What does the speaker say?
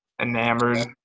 enamored